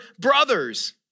brothers